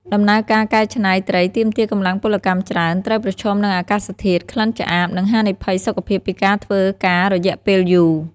ដំណើរការកែច្នៃត្រីទាមទារកម្លាំងពលកម្មច្រើន ត្រូវប្រឈមនឹងអាកាសធាតុ ក្លិនឆ្អាប និងហានិភ័យសុខភាពពីការធ្វើការរយៈពេលយូរ។